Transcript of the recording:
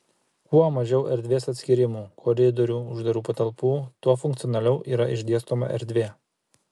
kuo mažiau erdvės atskyrimų koridorių uždarų patalpų tuo funkcionaliau yra išdėstoma erdvė